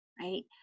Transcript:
right